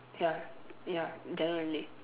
ya ya generally